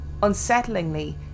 Unsettlingly